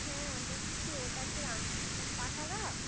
হ্যাঁ বলছি ওটা কি রামকৃষ্ণ পাঠাগার